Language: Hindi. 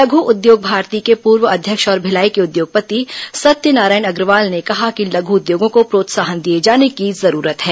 लघु उद्योग भारती के पूर्व अध्यक्ष और भिलाई के उद्योगपति सत्यनारायण अग्रवाल ने कहा कि लघु उद्योगों को प्रोत्साहन दिए जाने की जरूरत है